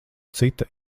cita